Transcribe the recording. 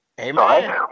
Amen